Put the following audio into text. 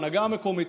ההנהגה המקומית,